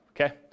Okay